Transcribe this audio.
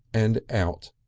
and out,